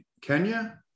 Kenya